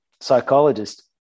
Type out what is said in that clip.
psychologist